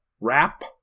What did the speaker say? wrap